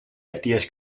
ideas